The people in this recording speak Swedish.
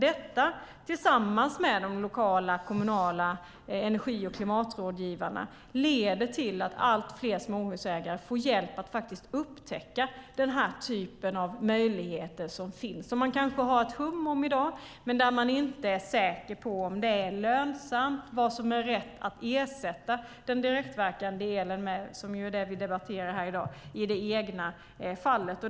Detta tillsammans med de lokala, kommunala energi och klimatrådgivarna leder till att allt fler småhusägare får hjälp att upptäcka den här typen av möjligheter som finns, som man kanske har ett hum om i dag men inte är säker på om det är lönsamt och vad som är rätt att ersätta den direktverkande elen med - som är det vi debatterar här i dag - i det egna fallet.